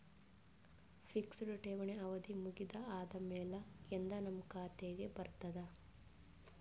Fixed ಠೇವಣಿ ಅವಧಿ ಮುಗದ ಆದಮೇಲೆ ಎಂದ ನಮ್ಮ ಖಾತೆಗೆ ಬರತದ?